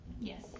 Yes